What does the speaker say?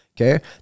Okay